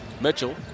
Mitchell